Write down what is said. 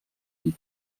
die